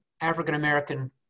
African-American